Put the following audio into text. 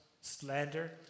slander